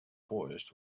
forest